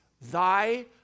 thy